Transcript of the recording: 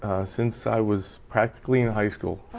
since i was practically in high school.